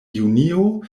junio